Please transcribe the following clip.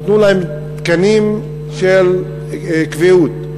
נתנו להם תקנים של קביעות.